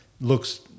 looks